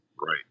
Right